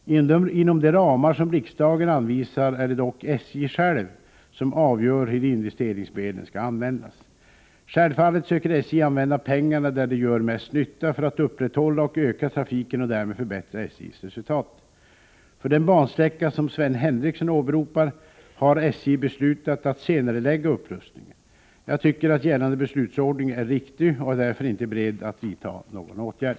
Inom de ramar som riksdagen anvisar är det dock SJ som avgör hur investeringsmedlen skall användas. Självfallet söker SJ använda pengarna där de gör mest nytta för att upprätthålla och öka trafiken och därmed förbättra SJ:s resultat. För den bansträcka som Sven Henricsson åberopar har SJ beslutat att senarelägga upprustningen. Jag tycker att gällande beslutsordning är riktig och är därför inte beredd att vidta någon åtgärd.